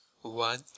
one